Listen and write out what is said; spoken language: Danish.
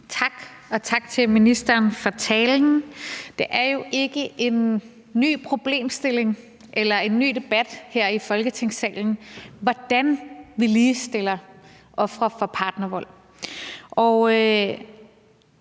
Tak, og tak til ministeren for talen. Det er jo ikke en ny problemstilling eller en ny debat, vi har her i Folketingssalen, om, hvordan vi ligestiller ofre for partnervold.